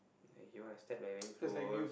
he want to step like he very close